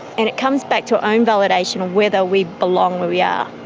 and it comes back to own validation of whether we belong where we are,